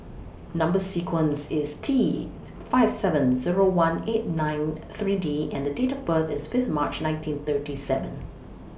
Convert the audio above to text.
Number sequence IS T five seven Zero one eight nine three D and Date of birth IS Fifth March nineteen thirty seven